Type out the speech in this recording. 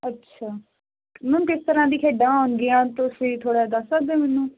ਅੱਛਾ ਮੈਮ ਕਿਸ ਤਰ੍ਹਾਂ ਦੀ ਖੇਡਾਂ ਹੋਣਗੀਆਂ ਤੁਸੀਂ ਥੋੜਾ ਦੱਸ ਸਕਦੇ ਮੈਨੂੰ